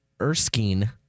Erskine